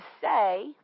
say